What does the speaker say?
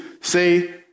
say